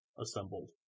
assembled